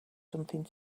something